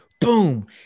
boom